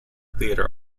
theater